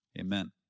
Amen